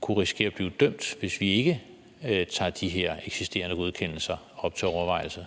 kunne risikere at blive dømt, hvis vi ikke tager de her eksisterende godkendelser op til overvejelse.